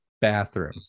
bathroom